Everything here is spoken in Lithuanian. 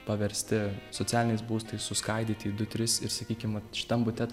paversti socialiniais būstais suskaidyti į du tris ir sakykim vat šitam bute